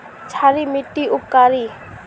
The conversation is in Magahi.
क्षारी मिट्टी उपकारी?